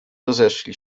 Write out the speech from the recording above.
rozeszli